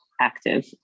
active